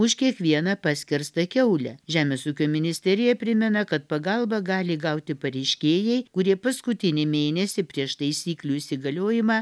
už kiekvieną paskerstą kiaulę žemės ūkio ministerija primena kad pagalbą gali gauti pareiškėjai kurie paskutinį mėnesį prieš taisyklių įsigaliojimą